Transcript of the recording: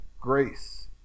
grace